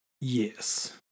Yes